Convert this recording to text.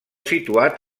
situat